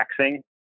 taxing